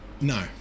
no